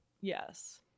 Yes